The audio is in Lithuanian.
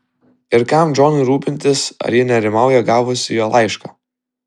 ir kam džonui rūpintis ar ji nerimauja gavusi jo laišką